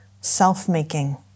self-making